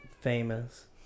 famous